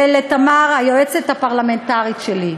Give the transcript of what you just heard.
ולתמר, היועצת הפרלמנטרית שלי.